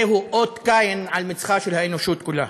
זה הוא אות קין על מצחה של האנושות כולה.